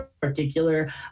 particular